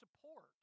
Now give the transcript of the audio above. support